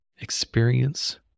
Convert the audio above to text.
experience